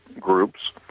groups